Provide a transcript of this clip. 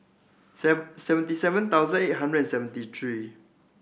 seventy seven thousand eight hundred and seventy three